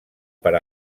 per